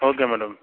okay madam